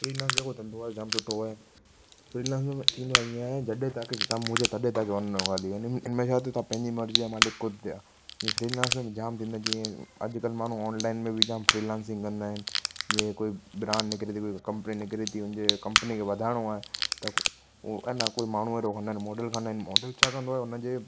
freelancer जेको धंधो आहे जाम सुठो आहे फ़्रीलांसर में थींदो आहे ईअं जॾहिं तव्हां खे कम हुजे तॾहिं तव्हां खे वञिणो आहे खाली हिनमें इनमें छा अथव तव्हां पंहिंजी मर्ज़ी जा मालिक ख़ुदि थिया जीअं फ़्रीलांसर में बि जाम थींदा आहिनि जीअं अॼु कल्ह माण्हू ऑनलाइन में बि जाम फ़्रीलांसिंग कंदा आहिनि जीअं कोई ब्रांड निकिरे थी कोई कंपनी निकिरे थी उन जे कंपनी खे वधाइणो आहे त उ अञा कोई माण्हू अहिड़ो कंदा आहिनि मॉडल कंदा आहिनि मॉडल छा कंदो आहे उन जे